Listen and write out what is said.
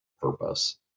purpose